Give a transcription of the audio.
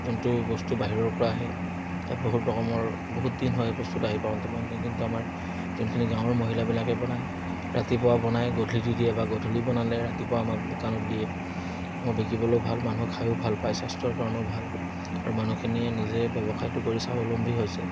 যোনটো বস্তু বাহিৰৰ পৰা আহে তাত বহুত ৰকমৰ বহুত দিন হয় বস্তুত আহি পাওঁতে পাওঁতে কিন্তু আমাৰ যোনখিনি গাঁৱৰ মহিলাবিলাকে বনায় ৰাতিপুৱা বনাই গধূলি দি দিয়ে বা গধূলি বনালে ৰাতিপুৱা আমাক দোকানত দিয়ে আমাক বিকিবলেও ভাল মানুহে খায়ো ভাল পায় স্বাস্থ্যৰ কাৰণেও ভাল আৰু মানুহখিনিয়ে নিজে ব্যৱসায়টো কৰি স্বাৱলম্বী হৈছে